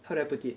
how do I put it